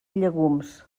llegums